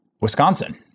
Wisconsin